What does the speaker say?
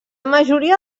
majoria